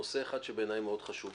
נושא אחד שבעיניי מאוד חשוב.